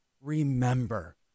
remember